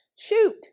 Shoot